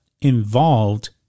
involved